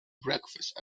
breakfast